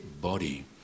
body